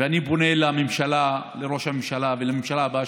ואני פונה לממשלה, לראש הממשלה ולממשלה הבאה